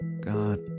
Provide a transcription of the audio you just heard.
God